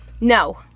No